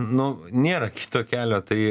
nu nėra kito kelio tai